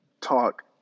talk